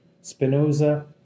Spinoza